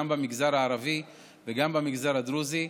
גם במגזר הערבי וגם במגזר הדרוזי.